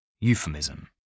Euphemism